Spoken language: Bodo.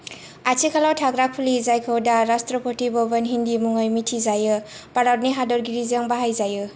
आथिखालाव थाग्रा खुलि जायखौ दा 'राष्ट्रपति भवन' हिन्दि मुङै मिथिजायौ भारतनि हादोरगिरिजों बाहायजायो